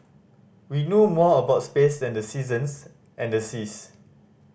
we know more about space than the seasons and the seas